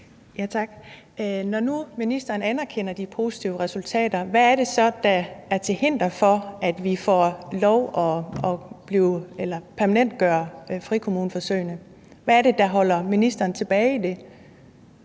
Når nu ministeren anerkender de positive resultater, hvad er det så, der er til hinder for, at vi får lov til at permanentgøre frikommuneforsøgene? Hvad er det, der holder ministeren tilbage i det?